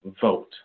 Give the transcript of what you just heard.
vote